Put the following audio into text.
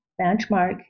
benchmark